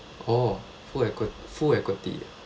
oh full equi~ full equity